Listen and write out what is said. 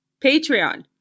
patreon